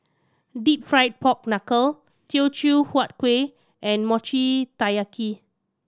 Deep Fried Pork Knuckle Teochew Huat Kuih and Mochi Taiyaki